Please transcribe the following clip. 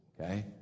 Okay